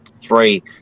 Three